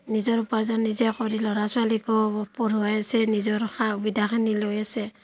নিজৰ উপাৰ্জন নিজে কৰি ল'ৰা ছোৱালীকো পঢ়ুৱাই আছে নিজৰ সা সুবিধাখিনি লৈ আছে